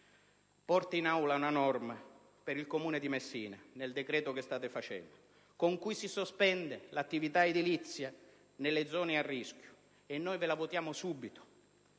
Porti in Aula una norma per il Comune di Messina, nel decreto-legge che state approvando, con cui si sospende l'attività edilizia nelle zone a rischio, e noi la approveremo subito.